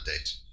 update